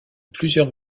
plusieurs